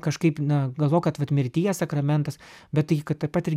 kažkaip na galvok kad vat mirtyje sakramentas bet tai kad taip pat ir